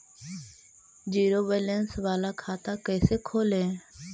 Zero balance बाला खाता कैसे खोले?